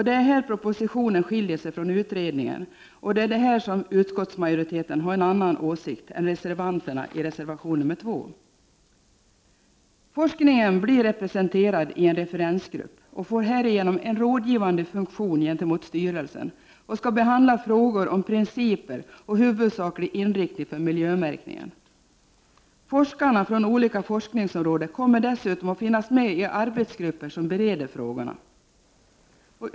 Det är här propositionen skiljer sig från utredningen, och det är här som utskottsmajoriteten har en annan åsikt än reservanterna i reservation nr 2. Forskningen blir representerad i en referensgrupp och får härigenom en rådgivande funktion gentemot styrelsen och skall behandla frågor om princi 131 per och huvudsaklig inriktning för miljömärkningen. Forskarna från olika forskningsområden kommer dessutom att finnas med i arbetsgrupperna som bereder frågorna.